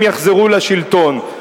הם יחזרו לשלטון.